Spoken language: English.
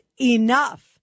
enough